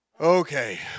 okay